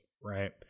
right